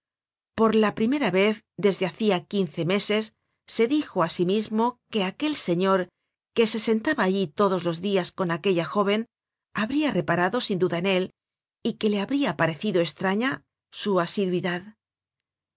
por la primera vez desde hacia quince meses se dijo á sí mismo que aquel señor que se sentaba allí todos los dias con aquella jóven habria reparado sin duda en él y que le habria parecido estraña su